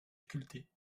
sculptés